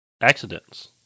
accidents